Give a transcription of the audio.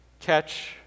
catch